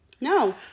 No